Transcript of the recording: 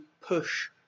push